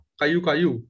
kayu-kayu